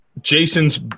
Jason's